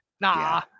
nah